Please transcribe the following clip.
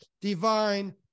divine